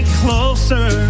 closer